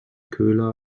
köhler